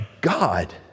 God